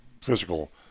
physical